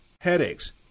headaches